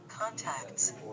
Contacts